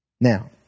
Now